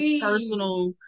personal